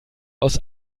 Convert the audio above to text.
aus